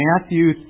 Matthew